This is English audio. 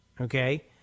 okay